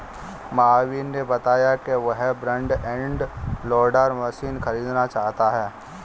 महावीर ने बताया कि वह फ्रंट एंड लोडर मशीन खरीदना चाहता है